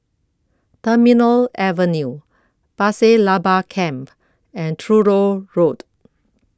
Terminal Avenue Pasir Laba Camp and Truro Road